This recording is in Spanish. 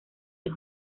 los